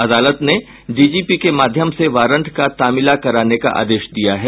अदालत ने डीजीपी के माध्यम से वारंट का तामिला कराने का आदेश दिया है